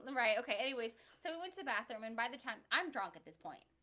right, ok anyways so we went to the bathroom and by the time i'm drunk at this point,